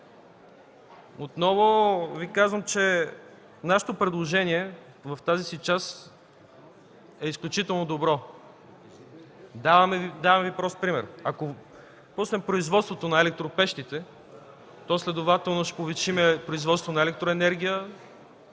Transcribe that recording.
Отново Ви казвам, че нашето предложение в тази си част е изключително добро. Давам Ви прост пример. Ако пуснем производството на електропещите, следователно ще увеличим производството на електроенергия,